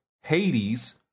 Hades